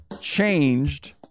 changed